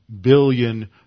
billion